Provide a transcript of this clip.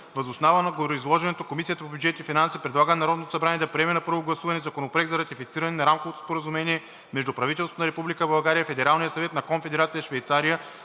Въз основа на гореизложеното Комисията по бюджет и финанси предлага на Народното събрание да приеме на първо гласуване Законопроект за ратифициране на Рамковото споразумение между правителството на Република България и Федералния съвет на Конфедерация Швейцария